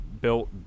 built